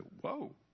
Whoa